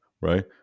right